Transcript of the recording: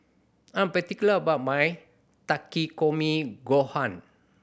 I am particular about my Takikomi Gohan